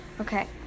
Okay